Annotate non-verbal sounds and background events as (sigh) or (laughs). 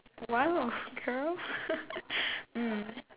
!wow! girl (laughs) mm